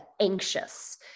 anxious